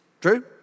True